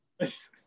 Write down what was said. Yes